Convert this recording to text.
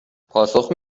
پاسخ